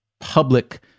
public